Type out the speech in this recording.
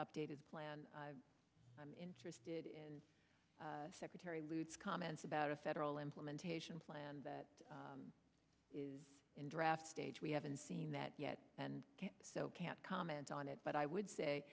updated plan i'm interested in secretary lew comments about a federal implementation plan that is in draft stage we haven't seen that yet and so can't comment on it but i would say